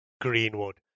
Greenwood